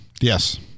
Yes